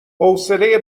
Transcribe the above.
حوصله